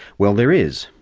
well, there is,